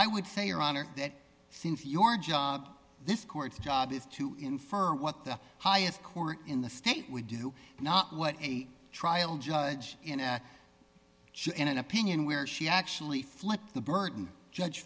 i would say your honor that since your job this court's job is to infer what the highest court in the state would do not what a trial judge in an opinion where she actually flipped the bird and judge